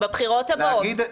בבחירות הבאות.